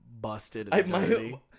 busted